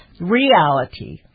Reality